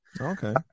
Okay